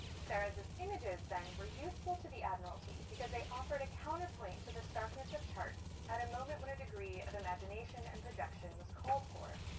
serres' images then were useful to the admiralty because they offered a counterpoint to the starkness of charts at a moment when a degree of imagination and projection was called for.